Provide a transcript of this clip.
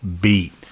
beat